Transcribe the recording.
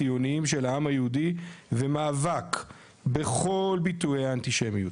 ציוניים של העם היהודי ומאבק בכל ביטויי האנטישמיות,